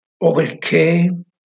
overcame